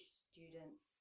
students